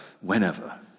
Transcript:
whenever